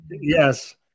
Yes